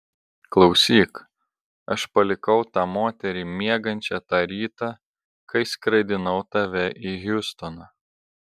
klausyk aš palikau tą moterį miegančią tą rytą kai skraidinau tave į hjustoną